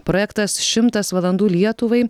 projektas šimtas valandų lietuvai